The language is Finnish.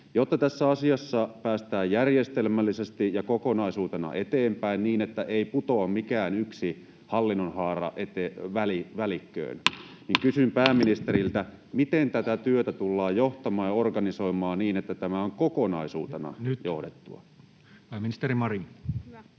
Jotta tässä asiassa päästään järjestelmällisesti ja kokonaisuutena eteenpäin niin, että ei putoa mikään hallinnonhaara välikköön, kysyn pääministeriltä, miten tätä työtä tullaan johtamaan ja organisoimaan niin, että tämä on kokonaisuutena johdettua. [Speech 35]